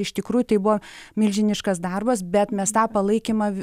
iš tikrųjų tai buvo milžiniškas darbas bet mes tą palaikymą